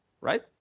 right